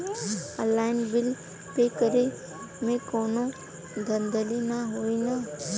Online bill pay करे में कौनो धांधली ना होई ना?